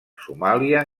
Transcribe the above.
somàlia